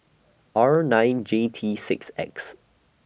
R nine J T six X